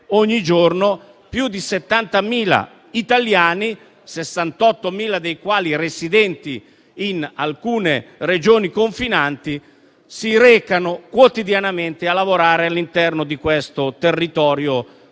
ogni giorno più di 70.000 italiani, 68.000 dei quali residenti in alcune Regioni confinanti, si recano a lavorare all'interno di questo territorio straniero